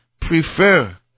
prefer